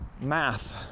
math